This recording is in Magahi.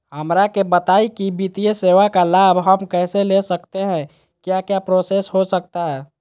हमरा के बताइए की वित्तीय सेवा का लाभ हम कैसे ले सकते हैं क्या क्या प्रोसेस हो सकता है?